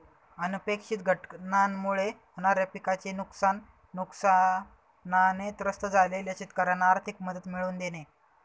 अनपेक्षित घटनांमुळे होणाऱ्या पिकाचे नुकसान, नुकसानाने त्रस्त झालेल्या शेतकऱ्यांना आर्थिक मदत मिळवून देणे